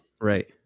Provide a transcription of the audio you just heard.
Right